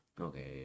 okay